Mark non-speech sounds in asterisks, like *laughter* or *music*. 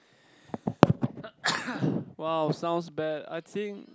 *noise* wow sounds bad I think